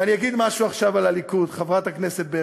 ואני אגיד עכשיו משהו על הליכוד, חברת הכנסת ברקו.